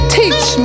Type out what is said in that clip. teach